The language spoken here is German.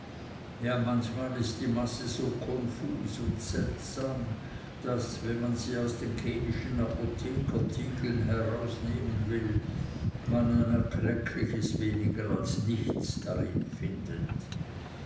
ja manchmal ist die masse so konfus und seltsam daß wenn man sie aus den chemischen apothekertiegeln herausnehmen will man ein erkleckliches weniger als nichts darin findet